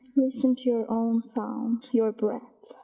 listen to your own sound, your breath,